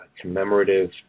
commemorative